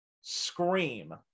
scream